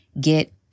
get